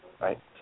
right